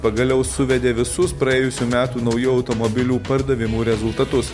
pagaliau suvedė visus praėjusių metų naujų automobilių pardavimų rezultatus